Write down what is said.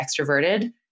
extroverted